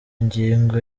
ngingo